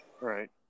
Right